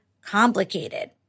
complicated